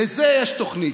לזה יש תוכנית.